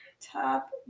Top